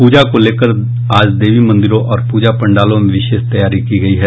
पूजा को लेकर आज देवी मंदिरों और पूजा पंडालों में विशेष तैयारी की गयी है